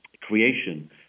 creation